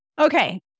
Okay